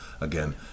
again